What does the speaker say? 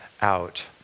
out